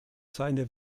seine